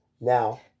Now